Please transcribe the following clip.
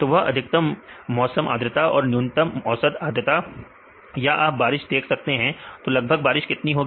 तो वह अधिकतम मौसम आद्रता है और न्यूनतम औसत आद्रता या आप बारिश देख सकते हैं तो लगभग बारिश कितनी है